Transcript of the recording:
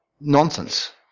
nonsense